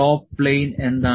top plane എന്താണ്